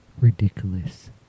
ridiculous